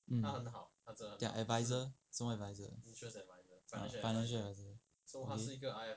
mm their advisor 什么 advisor ah finanical advisor okay